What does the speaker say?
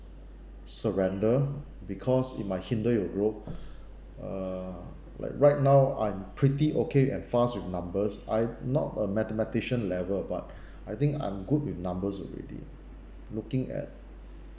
surrender because it might hinder your growth uh like right now I'm pretty okay and fast with numbers I not a mathematicians level but I think I'm good with numbers already looking at